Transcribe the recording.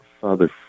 Father